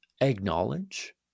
acknowledge